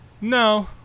No